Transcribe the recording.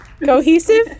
cohesive